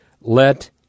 let